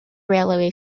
railway